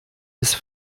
ist